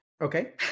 Okay